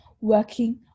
working